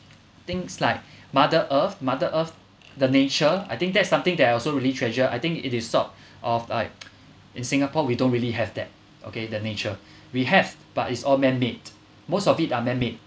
things like mother earth mother earth the nature I think that's something that I also really treasure I think it is sort of like in singapore we don't really have that okay the nature we have but it's all man-made most of it are man-made